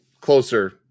closer